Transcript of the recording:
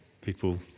people